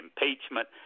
impeachment